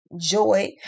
joy